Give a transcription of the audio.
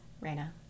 Reyna